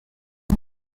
que